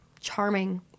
charming